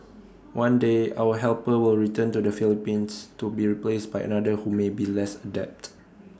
one day our helper will return to the Philippines to be replaced by another who may be less adept